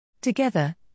Together